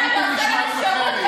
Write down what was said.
הייתם נשמעים אחרת.